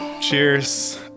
Cheers